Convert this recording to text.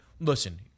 Listen